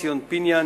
ציון פיניאן,